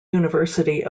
university